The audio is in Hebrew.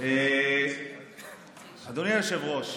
אדוני היושב-ראש,